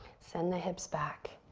send the hips back.